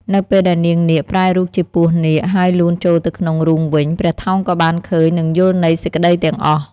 នៅពេលដែលនាងនាគប្រែរូបជាពស់នាគ ហើយលូនចូលទៅក្នុងរូងវិញ ព្រះថោងក៏បានឃើញនិងយល់ន័យសេចក្តីទាំងអស់។